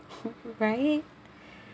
right